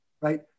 right